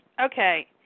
okay